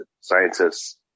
scientists